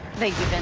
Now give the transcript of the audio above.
thank you.